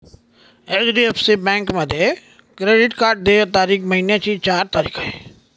HDFC बँकेमध्ये credit card देय तारीख महिन्याची चार तारीख आहे